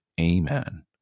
Amen